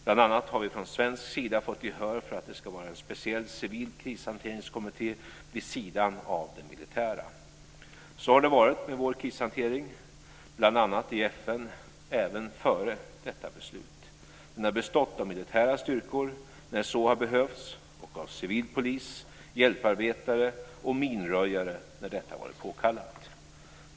Bl.a. har vi från svensk sida fått gehör för att det ska vara en speciell civil krishanteringskommitté vid sidan av den militära. Så har det varit med vår krishantering, bl.a. i FN, även före detta beslut. Den har bestått av militära styrkor när så har behövts och av civil polis, hjälparbetare och minröjare när detta har varit påkallat.